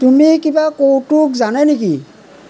তুমি কিবা কৌতুক জানে নেকি